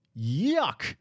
Yuck